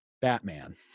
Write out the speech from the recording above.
batman